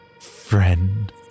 friend